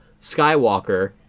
Skywalker